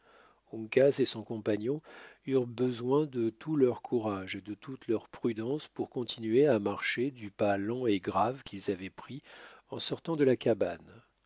et son compagnon eurent besoin de tout leur courage et de toute leur prudence pour continuer à marcher du pas lent et grave qu'ils avaient pris en sortant de la cabane